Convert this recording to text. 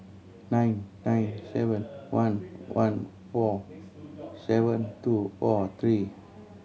nine nine seven one one four seven two four three